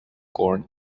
corn